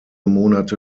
monate